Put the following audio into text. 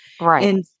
Right